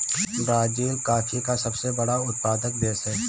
Brazil coffee का सबसे बड़ा उत्पादक देश है